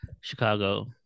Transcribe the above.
Chicago